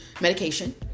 medication